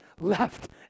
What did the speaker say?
left